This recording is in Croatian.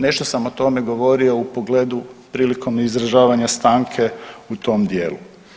Nešto sam o tome govorio u pogledu prilikom izražavanja stanke u tom dijelu.